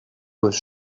was